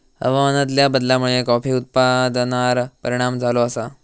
हवामानातल्या बदलामुळे कॉफी उत्पादनार परिणाम झालो आसा